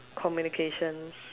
communications